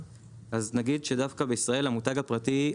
אז נגיד שדווקא בישראל המותג הפרטי,